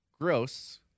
gross